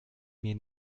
mir